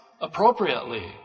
appropriately